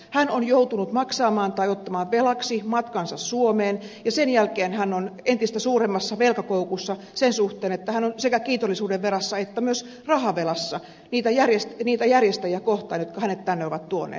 hän on joutunut maksamaan tai ottamaan velaksi matkansa suomeen ja sen jälkeen hän on entistä suuremmassa velkakoukussa sen suhteen että hän on sekä kiitollisuudenvelassa että myös rahavelassa niitä järjestäjiä kohtaan jotka hänet tänne ovat tuoneet